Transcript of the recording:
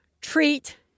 treat